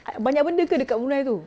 a~ banyak benda ke dekat brunei tu